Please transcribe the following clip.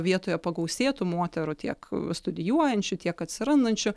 vietoje pagausėtų moterų tiek studijuojančių tiek atsirandančių